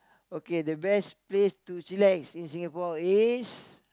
okay the best place to chillax in Singapore is